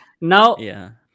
Now